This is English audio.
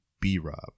B-Rob